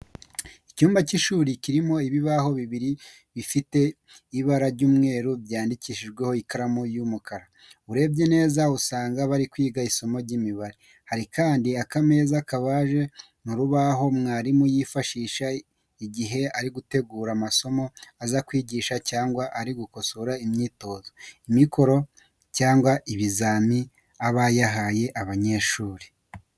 Icyumba cy'ishuri kirimo ibibaho bibiri bifite ibara ry'umweru byandikishijweho ikaramu y'umukara, urebye neza usanga bari kwiga isomo ry'imibare. Hari kandi akameza kabaje mu rubaho mwarimu yifashisha igihe ari gutegura amasomo aza kwigisha cyangwa ari gukosora imyitozo, imikoro cyangwa ibizami aba yahaye abanyeshuri.